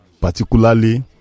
particularly